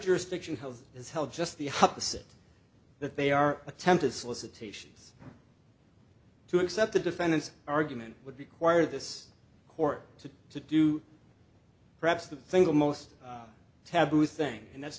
jurisdiction health is held just the opposite that they are attempted solicitations to except the defendants argument would be quire this court to to do perhaps the single most taboo thing and that's